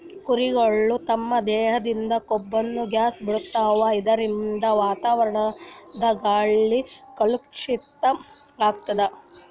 ಕುರಿಗಳ್ ತಮ್ಮ್ ದೇಹದಿಂದ್ ಕಾರ್ಬನ್ ಗ್ಯಾಸ್ ಬಿಡ್ತಾವ್ ಇದರಿಂದ ವಾತಾವರಣದ್ ಗಾಳಿ ಕಲುಷಿತ್ ಆಗ್ತದ್